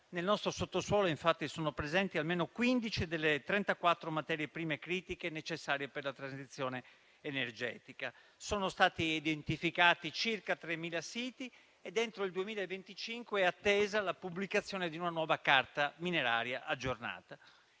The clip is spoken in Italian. Nel nostro sottosuolo, infatti, sono presenti almeno quindici delle trentaquattro materie prime critiche necessarie per la transizione energetica. Sono stati identificati circa 3.000 siti ed entro il 2025 è attesa la pubblicazione di una nuova carta mineraria aggiornata.